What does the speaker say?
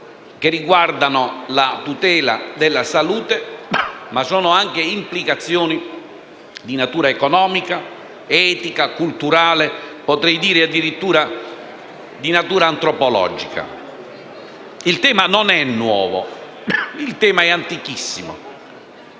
che riguardano la tutela della salute, ma sono anche di natura economica, etica, culturale e addirittura di natura antropologica. Il tema non è nuovo, è antichissimo.